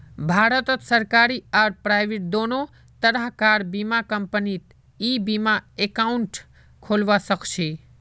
भारतत सरकारी आर प्राइवेट दोनों तरह कार बीमा कंपनीत ई बीमा एकाउंट खोलवा सखछी